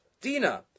Dina